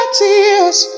tears